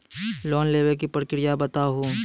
Loan लेवे के प्रक्रिया बताहू?